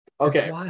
Okay